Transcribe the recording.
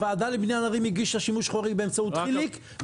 הוועדה לבניין ערים הגישה שימוש חורג באמצעות חיליק,